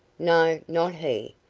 no. not he.